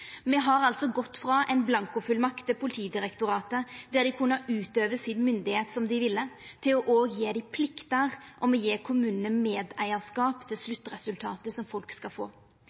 Me har altså gått frå ein blankofullmakt til Politidirektoratet, der dei hadde kunna utøvd si myndigheit som dei ville, til òg å gje dei pliktar, og me gjev kommunane medeigarskap til sluttresultatet som folk skal få.